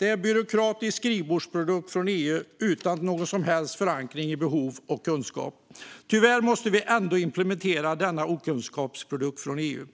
Det är en byråkratisk skrivbordsprodukt från EU utan någon som helst förankring i behov och kunskap. Tyvärr måste vi ändå implementera denna okunskapsprodukt från EU.